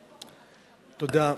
תודה.